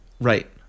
Right